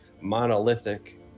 monolithic